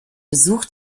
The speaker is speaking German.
besuch